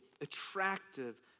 attractive